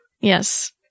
Yes